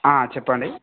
చెప్పండి